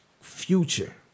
future